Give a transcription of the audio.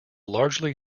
largely